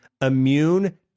immune